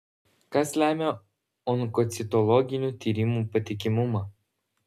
kas lemia onkocitologinių tyrimų patikimumą